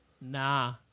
Nah